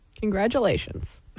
Congratulations